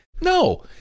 no